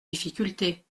difficultés